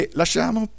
lasciamo